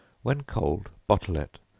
when cold, bottle it,